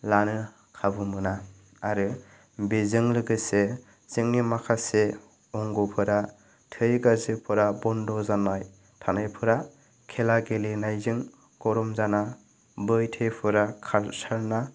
लानो खाबु मोना आरो बेजों लोगोसे जोंनि माखासे अंगफोरा थै गाज्रिफोरा बन्द' जानाय थानायफोरा खेला गेलेनायजों गरम जाना बै थैफोरा खारसारना